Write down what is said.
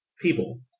people